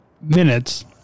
minutes